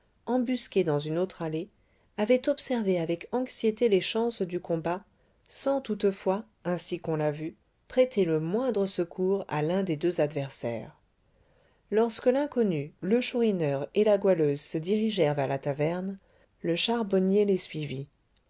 embusqué dans une autre allée avait observé avec anxiété les chances du combat sans toutefois ainsi qu'on l'a vu prêter le moindre secours à l'un des deux adversaires lorsque l'inconnu le chourineur et la goualeuse se dirigèrent vers la taverne le charbonnier les suivit